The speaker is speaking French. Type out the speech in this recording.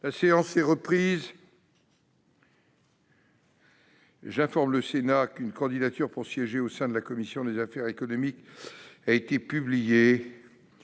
La séance est reprise. J'informe le Sénat qu'une candidature pour siéger au sein de la commission des affaires économiques a été publiée.